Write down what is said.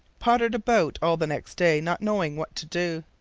pottered about all the next day, not knowing what to do.